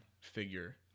figure